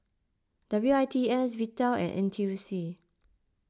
W I T S Vital and N T U C